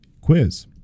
quiz